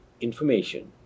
information